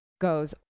goes